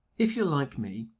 if you're like me,